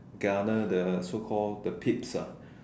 garner the so call the pits ah